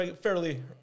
fairly